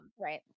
right